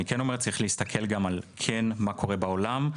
צריך גם להסתכל על מה שקורה בעולם,